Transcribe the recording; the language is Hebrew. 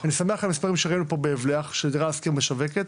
אני שמח על המספרים שאנחנו ראינו פה בהבלח ש"דירה להשכיר" משווקת,